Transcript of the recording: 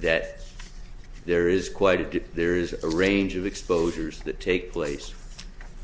that there is quite a deep there is a range of exposures that take place